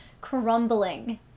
crumbling